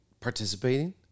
participating